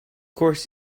course